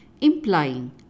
implying